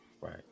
right